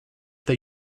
they